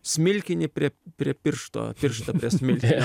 smilkinį prie prie piršto pirštą prie smilkinio